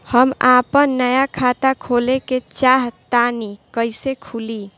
हम आपन नया खाता खोले के चाह तानि कइसे खुलि?